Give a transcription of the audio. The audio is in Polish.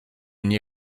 nie